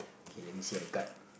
okay let me see the card